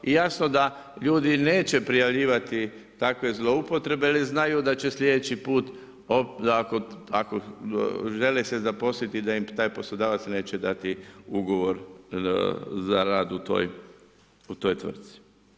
I jasno da ljudi neće prijavljivati takve zloupotrebe jer znaju da će sljedeći put ako žele se zaposliti da im taj poslodavac neće dati ugovor za rad u toj tvrtci.